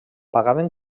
pagaven